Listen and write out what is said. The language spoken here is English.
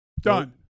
Done